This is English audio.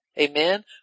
Amen